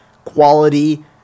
Quality